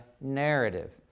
narrative